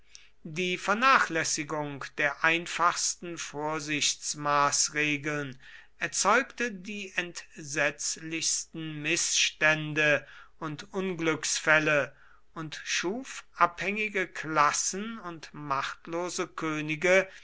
die vernachlässigung der einfachsten vorsichtsmaßregeln erzeugte die entsetzlichsten mißstände und unglücksfälle und schuf abhängige klassen und machtlose könige